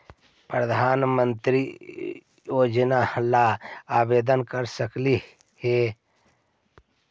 प्रधानमंत्री योजना ला आवेदन कर सकली हे?